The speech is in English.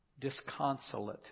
disconsolate